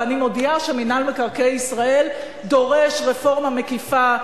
ואני מודיעה שמינהל מקרקעי ישראל דורש רפורמה מקיפה.